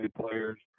players